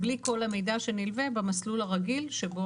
בלי כל המידע שנלווה במסלול הרגיל שבו